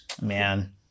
Man